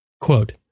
Quote